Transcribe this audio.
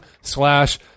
slash